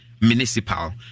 municipal